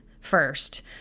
first